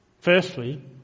Firstly